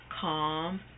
calm